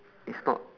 it's not